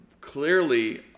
clearly